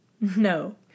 No